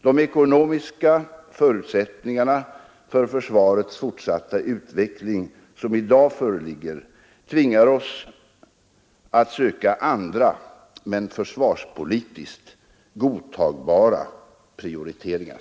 De ekonomiska förutsättningar för försvarets fortsatta utveckling som i dag föreligger tvingar oss att söka andra men försvarspolitiskt godtagbara prioriteringar.